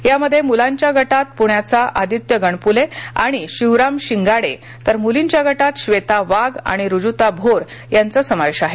यामध्ये मुलांच्या गटात प्ण्याचा आदित्य गणप्ले आणि शिवराम शिंगाडे तर मुलींच्या गटात श्वेता वाघ आणि ऋतुजा भोर यांचा समावेश आहे